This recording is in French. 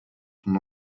son